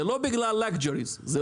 זה לא בגלל מותרות,